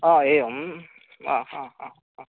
ओ एवम् अ ह ह हा